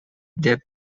деп